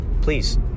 please